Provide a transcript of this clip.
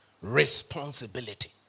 responsibility